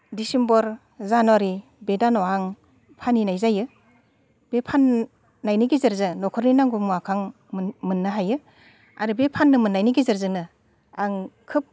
December January बे दानाव आं फानहैनाय जायो बे फाननायनि गेजेरजों न'खरनि नांगौ मुवाखौ आं मोननो हायो आरो बे फाननो मोननायनि गेजेरजोंनो आं खोब